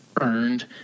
earned